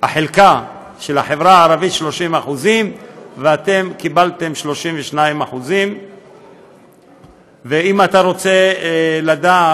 חלקה של החברה הערבית הוא 30% ואתם קיבלתם 32%. ואם אתה רוצה לדעת